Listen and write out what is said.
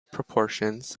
proportions